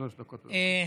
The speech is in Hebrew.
שלוש דקות, בבקשה.